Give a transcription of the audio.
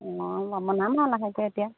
অঁ বনাম আৰু লাহেকৈ এতিয়া